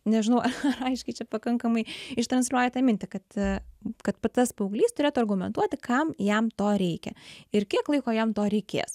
nežinau ar aiškiai čia pakankamai ištransliuoju tą mintį kad kad tas paauglys turėtų argumentuoti kam jam to reikia ir kiek laiko jam to reikės